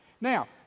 Now